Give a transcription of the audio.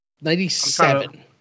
Ninety-seven